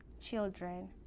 children